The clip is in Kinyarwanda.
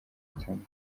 atandukanye